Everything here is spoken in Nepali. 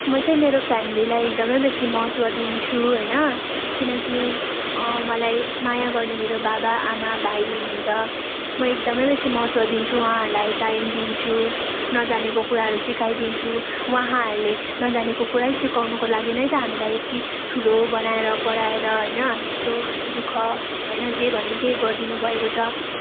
म चाहिँ मेरो फेमेलीलाई एकदमै बेसी महत्त्व दिन्छु होइन किनकि मलाई माया गर्ने मेरो बाबा आमा भाइ हुनुहुन्छ म एकदमै बेसी महत्त्व दिन्छु वहाँहरूलाई टाइम दिन्छु नजानेको कुराहरू सिकाइदिन्छु वहाँहरूले नजानेको कुरै सिकाउनको लागि नै त हामीलाई यति ठुलो बनाएर पढाएर होइन यस्तो दुःख होइन जे भन्यो त्यही गरिदिनु भएको छ